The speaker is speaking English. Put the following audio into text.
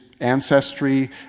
ancestry